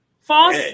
False